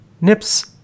nips